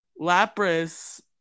Lapras